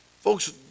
Folks